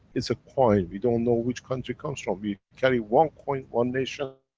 it's a coin, we don't know which country comes from, we carry one coin, one nation,